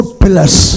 pillars